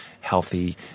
healthy